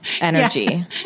energy